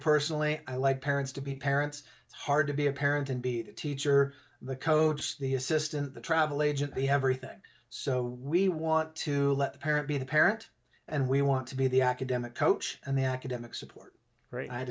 personally i like parents to be parents it's hard to be a parent and be a teacher the coach the assistant the travel agent the everything so we want to let the parent be the parent and we want to be the academic coach and the academic support right i'd